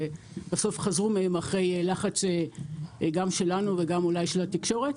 ובסוף חזרו מהם אחרי לחץ גם שלנו וגם אולי של התקשורת,